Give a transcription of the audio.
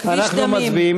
כן.